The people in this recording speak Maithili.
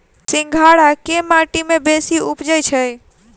सिंघाड़ा केँ माटि मे बेसी उबजई छै?